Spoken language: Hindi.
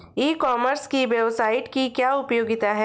ई कॉमर्स की वेबसाइट की क्या उपयोगिता है?